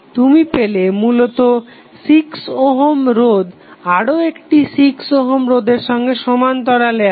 তুমি পেলে মূলত 6 ওহম রোধ আরও একটি 6 ওহম রোধের সঙ্গে সমান্তরালে আছে